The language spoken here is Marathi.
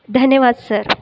धन्यवाद सर